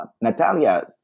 Natalia